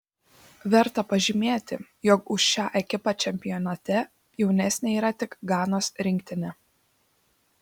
verta pažymėti jog už šią ekipą čempionate jaunesnė yra tik ganos rinktinė